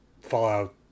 Fallout